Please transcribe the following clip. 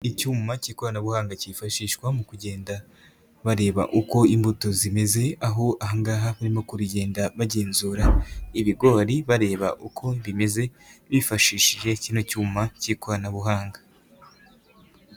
Icyuma cy'ikoranabuhanga cyifashishwa mu kugenda bareba uko imbuto zimeze, aho ahangaha barimo kubigenda bagenzura ibigori bareba uko bimeze bifashishije kino cyuma k'ikoranabuhanga.